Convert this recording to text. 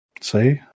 See